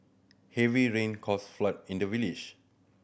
heavy rain caused flood in the village